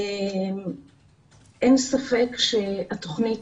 אין ספק שהתוכנית